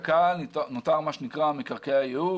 נותר מה שנקרא מקרקעי הייעור,